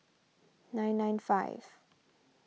nine nine five